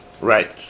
Right